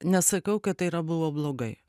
nesakau kad tai yra buvo blogai